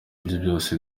byose